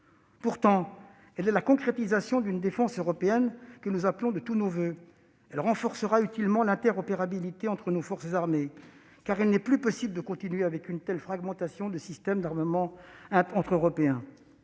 pourtant la concrétisation d'une défense européenne que nous appelons de tous nos voeux. Elle renforcera utilement l'interopérabilité entre nos forces armées, car il n'est plus possible de continuer avec une telle fragmentation des systèmes d'armement entre Européens.